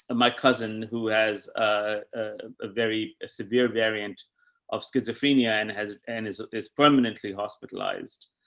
my cousin who has a very severe variant of schizophrenia and has and is is permanently hospitalized.